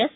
S